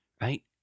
right